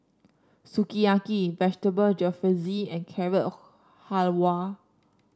Sukiyaki Vegetable Jalfrezi and Carrot Halwa